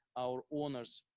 our owners,